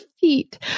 feet